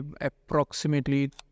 approximately